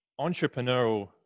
entrepreneurial